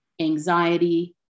anxiety